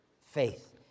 Faith